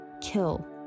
kill